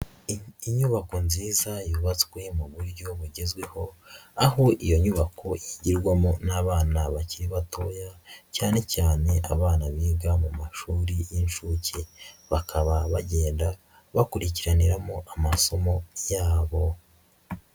Inyubako nziza yubatswe mu buryo bugezweho, aho iyo nyubako yigirwamo n'abana bakiri batoya, cyane cyane abana biga mu mashuri y'inshuke, bakaba bagenda bakurikiraniramo amasomo yabo.